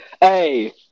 Hey